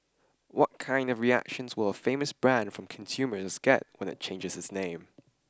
what kind of reactions will a famous brand from consumers get when it changes its name